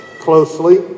closely